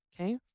okay